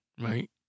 right